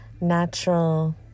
natural